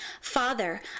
Father